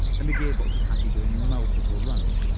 and the gearbox was happy doing multiple runs.